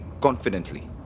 confidently